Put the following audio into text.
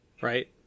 right